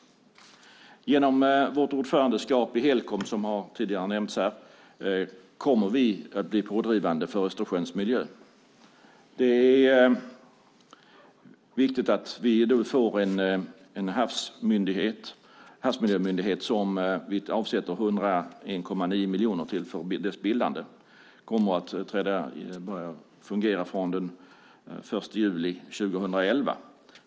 Genom vårt ordförandeskap i Helcom, som tidigare nämnts här, kommer vi att bli pådrivande för Östersjöns miljö. Det är viktigt att vi får en havsmiljömyndighet, så vi avsätter 101,9 miljoner till bildandet av denna. Den kommer att börja fungera den 1 juli 2011.